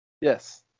Yes